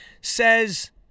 says